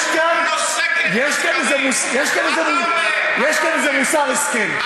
יש כאן איזה מוסר השכל,